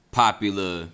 popular